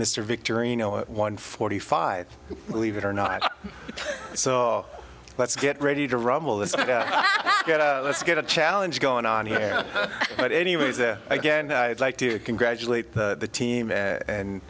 mr victory no one forty five believe it or not so let's get ready to rumble this let's get a challenge going on here but anyways there again i'd like to congratulate the team and